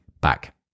back